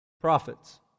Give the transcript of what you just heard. Prophets